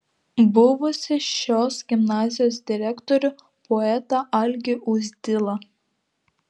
buvusį šios gimnazijos direktorių poetą algį uzdilą